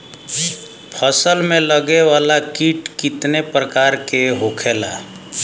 फसल में लगे वाला कीट कितने प्रकार के होखेला?